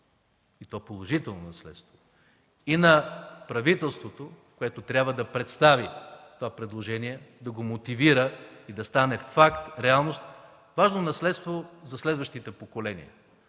и то положително наследство, и на правителството, което трябва да представи това предложение, да го мотивира и да стане факт, реалност, важно наследство за следващите поколения.